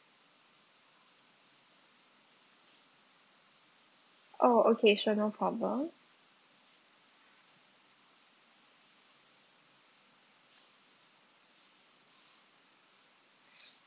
oh okay sure no problem